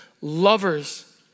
lovers